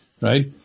Right